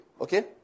Okay